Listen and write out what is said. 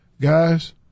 Guys